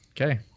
Okay